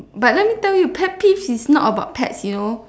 but let me tell you pet peeves is not about pets you know